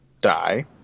die